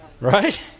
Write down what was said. Right